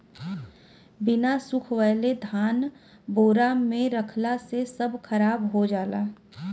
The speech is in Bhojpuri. बिना सुखवले धान बोरा में रखला से सब खराब हो जाला